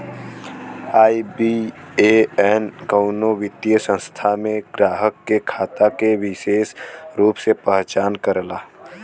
IBAN कउनो वित्तीय संस्थान में ग्राहक के खाता के विसेष रूप से पहचान करला